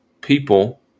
people